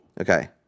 Okay